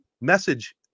Message